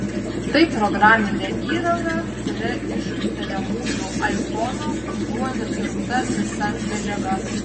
tai programinė įranga kuria iš įtariamųjų aifonų buvo nusiurbta visa medžiaga